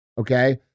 okay